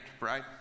right